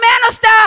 minister